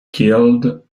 killed